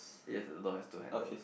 yes the door has two handles